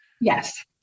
Yes